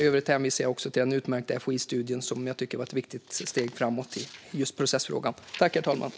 I övrigt hänvisar jag också till den utmärkta energistudien som jag tycker var ett viktigt steg framåt i just processfrågan.